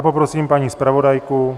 Poprosím paní zpravodajku.